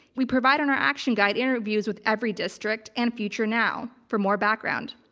we provide in our action guide interviews with everydistrict and future now for more background.